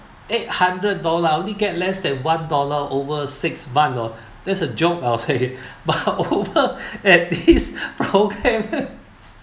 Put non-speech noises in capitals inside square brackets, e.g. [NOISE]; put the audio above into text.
eight hundred dollar I only get less than one dollar over six months oh that's a joke I'll say [LAUGHS] but over at [LAUGHS] this programme [LAUGHS]